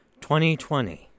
2020